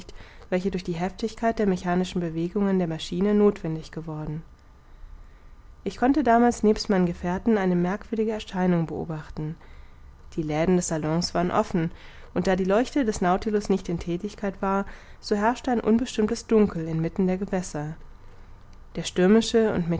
welche durch die heftigkeit der mechanischen bewegungen der maschine nothwendig geworden ich konnte damals nebst meinen gefährten eine merkwürdige erscheinung beobachten die läden des salons waren offen und da die leuchte des nautilus nicht in thätigkeit war so herrschte ein unbestimmtes dunkel inmitten der gewässer der stürmische und